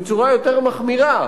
בצורה יותר מחמירה,